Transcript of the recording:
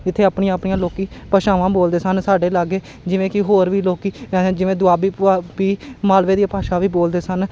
ਜਿੱਥੇ ਆਪਣੀਆਂ ਆਪਣੀਆਂ ਲੋਕ ਭਾਸ਼ਾਵਾਂ ਬੋਲਦੇ ਸਨ ਸਾਡੇ ਲਾਗੇ ਜਿਵੇਂ ਕਿ ਹੋਰ ਵੀ ਲੋਕ ਜਿਵੇਂ ਦੁਆਬੀ ਪੁਆਬੀ ਮਾਲਵੇ ਦੀ ਭਾਸ਼ਾ ਵੀ ਬੋਲਦੇ ਸਨ